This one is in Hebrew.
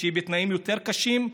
שהיא בתנאים יותר קשים,